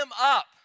up